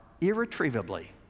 irretrievably